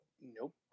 Nope